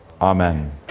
Amen